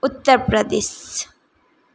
Uttar Pradesh